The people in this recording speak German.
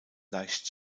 leicht